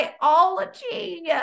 biology